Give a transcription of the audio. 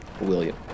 William